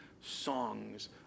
songs